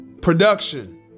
production